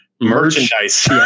Merchandise